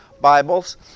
Bibles